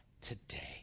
today